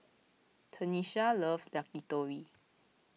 Tanesha loves Yakitori